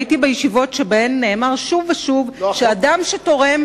הייתי בישיבות שבהן נאמר שוב ושוב שאדם שתורם